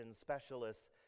specialists